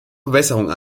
bewässerung